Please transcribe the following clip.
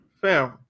Fam